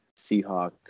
seahawks